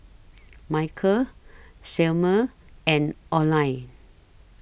Michale Selmer and Oline